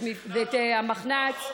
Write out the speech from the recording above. ואת המחנ"צ,